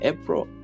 April